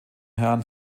herren